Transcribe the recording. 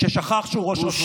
ששכח שהוא ראש רשות מחוקקת.